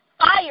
fire